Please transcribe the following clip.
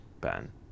Ben